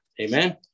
Amen